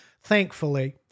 thankfully